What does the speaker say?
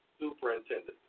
superintendent